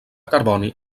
carboni